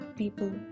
people